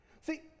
See